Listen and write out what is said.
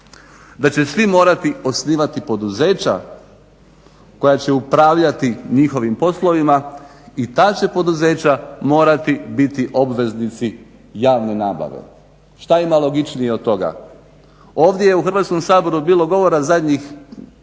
da će svi morati osnivati poduzeća koja će upravljati njihovim poslovima i ta će poduzeća morati biti obveznici javne nabave. Šta ima logičnije od toga? Ovdje je u Hrvatskom saboru bilo govora u zadnjem